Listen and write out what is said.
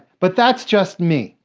but that's just me.